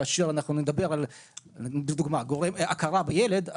כאשר אנחנו נדבר לדוגמה על הכרה בילד,